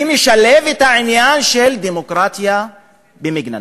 ומשלב את העניין של דמוקרטיה במגננה.